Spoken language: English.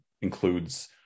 includes